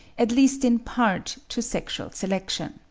at least in part to sexual selection.